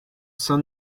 saint